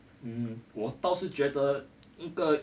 um 我倒是觉得一个